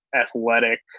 athletic